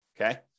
Okay